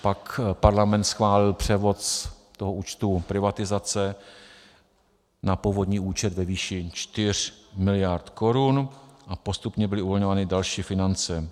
A pak parlament schválil převod z toho účtu privatizace na povodňový účet ve výši 4 mld. korun a postupně byly uvolňovány další finance.